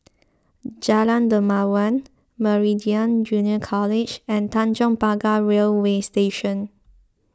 Jalan Dermawan Meridian Junior College and Tanjong Pagar Railway Station